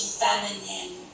feminine